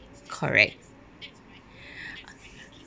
correct